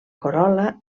corol·la